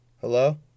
Hello